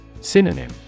Synonym